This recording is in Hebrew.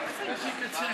אדוני היושב-ראש,